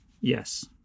Yes